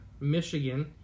Michigan